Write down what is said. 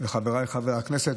חבריי חברי הכנסת,